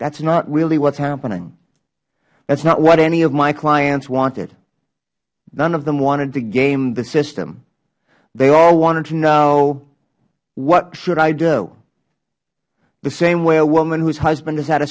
that is not really what is happening that is not what any of my clients wanted none of them wanted to game the system they all wanted to know what should i do the same way a woman whose husband has had a